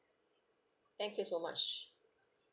thank you so much